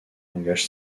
engage